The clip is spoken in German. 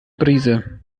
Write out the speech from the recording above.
brise